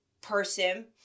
person